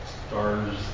stars